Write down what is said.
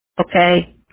Okay